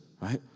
right